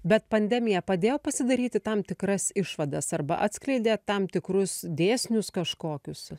bet pandemija padėjo pasidaryti tam tikras išvadas arba atskleidė tam tikrus dėsnius kažkokius